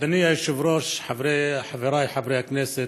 אדוני היושב-ראש, חבריי חברי הכנסת,